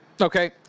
Okay